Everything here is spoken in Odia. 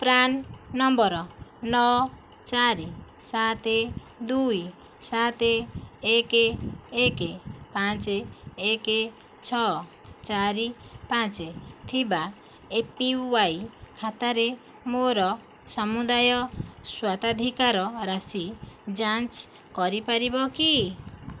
ପ୍ରାନ୍ ନମ୍ବର୍ ନଅ ଚାରି ସାତ ଦୁଇ ସାତ ଏକ ଏକ ପାଞ୍ଚ ଏକ ଛଅ ଚାରି ପାଞ୍ଚ ଥିବା ଏ ପି ୱାଇ ଖାତାରେ ମୋର ସମୁଦାୟ ସ୍ୱତ୍ୱାଧିକାର ରାଶି ଯାଞ୍ଚ କରିପାରିବ କି